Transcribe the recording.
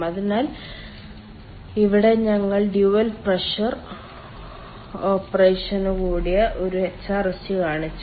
അതിനാൽ ഇവിടെ ഞങ്ങൾ ഡ്യുവൽ പ്രഷർ ഓപ്പറേഷനോടുകൂടിയ ഒരു HRSG കാണിച്ചു